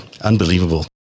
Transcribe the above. Unbelievable